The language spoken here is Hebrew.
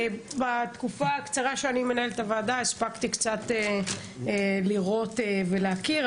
בתקופה הקצרה שאני מנהלת את הוועדה הספקתי קצת לראות ולהכיר,